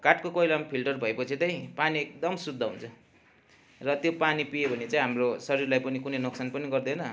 काठको कोइलामा फिल्टर भएपछि चाहिँ पानी एकदम शुद्ध हुन्छ र त्यो पानी पियो भने चाहिँ हाम्रो शरीरलाई पनि कुनै नोक्सान पनि गर्दैन